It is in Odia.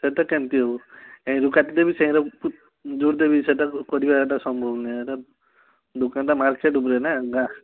ସେଇଟା କେମତି ହେବ ଏଇଆରୁ କାଟି ଦେବି ସେଇଆରୁ ଯୋଡ଼ି ଦେବି ସେଇଟା କରିବା ସମ୍ଭବ ନୁହଁ ଦୋକାନଟା ମାର୍କେଟ୍ ଉପରେ ନା